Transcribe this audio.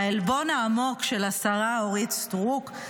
העלבון העמוק של השרה אורית סטרוק.